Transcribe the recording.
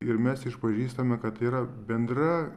ir mes išpažįstame kad yra bendra